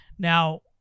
Now